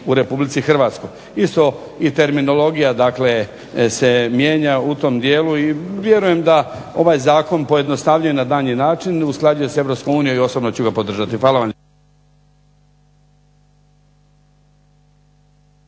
u Republici Hrvatskoj. Isto i terminologija dakle se mijenja u tom dijelu, i vjerujem da ovaj zakon pojednostavljuje na daljnji način, usklađuje s Europskom unijom i osobno ću ga podržati. Hvala vam.